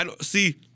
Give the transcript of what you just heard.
See